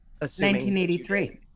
1983